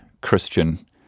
Christian